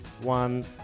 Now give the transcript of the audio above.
one